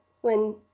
when—